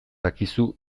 akizu